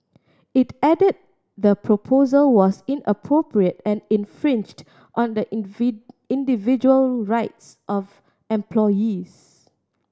it added the proposal was inappropriate and infringed on the individual rights of employees